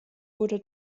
wurde